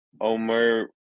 Omer